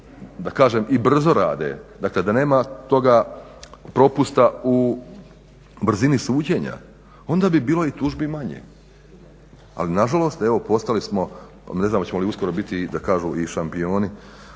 dobro i brzo rade, dakle da nema toga propusta u brzini suđenja onda bi bilo i tužbi manje. Ali nažalost evo postali smo ne znam hoće li uskoro biti da kažu i šampioni